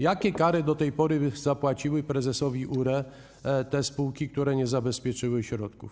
Jakie kary do tej pory zapłaciły prezesowi URE te spółki, które nie zabezpieczyły środków?